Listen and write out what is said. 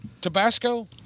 Tabasco